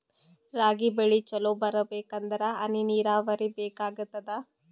ರಾಗಿ ಬೆಳಿ ಚಲೋ ಬರಬೇಕಂದರ ಹನಿ ನೀರಾವರಿ ಬೇಕಾಗತದ?